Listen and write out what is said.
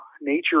nature